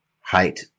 height